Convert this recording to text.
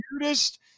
weirdest